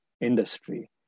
industry